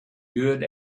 good